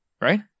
right